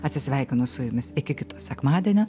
atsisveikinu su jumis iki kito sekmadienio